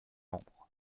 membres